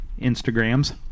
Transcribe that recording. Instagrams